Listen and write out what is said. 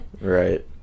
right